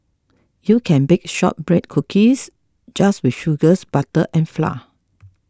you can bake Shortbread Cookies just with sugars butter and flour